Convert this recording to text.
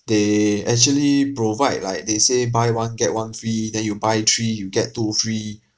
they actually provide like they say buy one get one free then you buy three you get two free